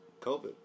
COVID